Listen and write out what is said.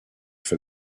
for